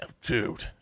Dude